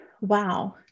Wow